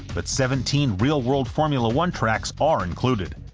but seventeen real-world formula one tracks are included.